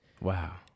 wow